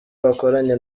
bakoranye